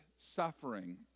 suffering